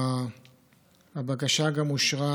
הבקשה אושרה